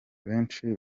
benshi